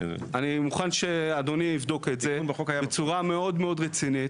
אני מוכן שאדוני יבדוק את זה בצורה מאוד מאוד רצינית.